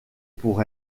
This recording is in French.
pour